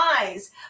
eyes